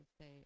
say